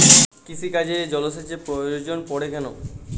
কৃষিকাজে জলসেচের প্রয়োজন পড়ে কেন?